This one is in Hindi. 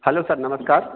हेलो सर नमस्कार